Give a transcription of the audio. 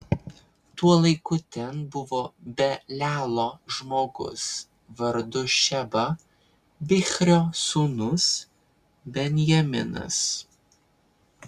tuo laiku ten buvo belialo žmogus vardu šeba bichrio sūnus benjaminas